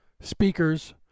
speakers